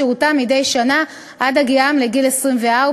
שירותם מדי שנה עד הגיעם לגיל 24,